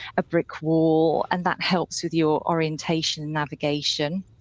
a brick wall and that helps with your orientation and navigation.